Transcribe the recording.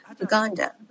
Uganda